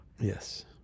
Yes